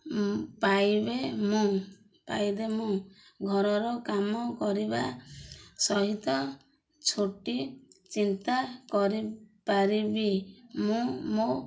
ପାଇବେ ମୁଁ ପାଇଲେ ମୁଁ ଘରର କାମ କରିବା ସହିତ ଝୋଟି ଚିନ୍ତା କରିପାରିବି ମୁଁ ମୋ